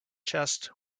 chest